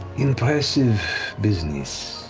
impressive business,